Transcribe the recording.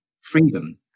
freedom